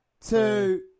Two